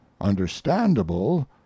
understandable